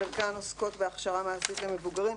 חלקן עוסקות בהכשרה מעשית למבוגרים.